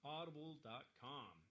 Audible.com